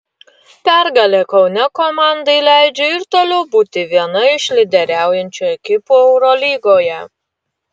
pergalė kaune komandai leidžia ir toliau būti viena iš lyderiaujančių ekipų eurolygoje